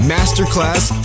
Masterclass